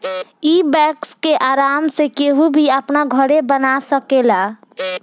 इ वैक्स के आराम से केहू भी अपना घरे बना सकेला